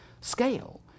scale